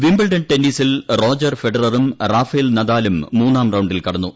Wimbledon ടെന്നീസിൽ Roger ഫെഡററും Rafael നദാലും മൂന്നാം റൌണ്ടിൽ കടന്നു